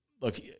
Look